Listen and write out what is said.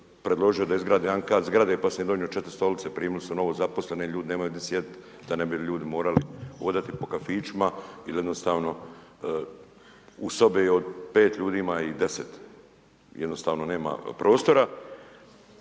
predložio da izgrade jedan kat zgrade, pa sam im donio 4 stolice. Primili su novo zaposlene, ljudi nemaju gdje sjedit, da ne bi ljudi morali hodati po kafićima i da jednostavno u sobe od 5 ljudi, ima ih 10. Jednostavno nema prostora.